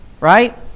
right